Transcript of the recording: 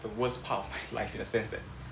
the worst part of my life in a sense that